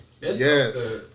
Yes